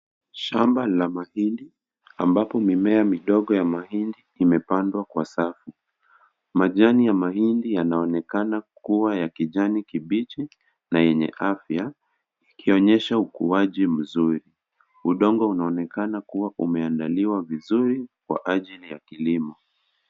Shamba la mahindi ambapo mimea midogo ya mahindi imepandwa kwa safu. Majani ya mahindi yanaonekana kuwa ya kijani kibichi na yenye afya, ikionyesha ukuaji mzuri. Udongo unaonekana kuwa umeandaliwa vizuri kwa ajili ya kilimo.